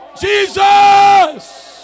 Jesus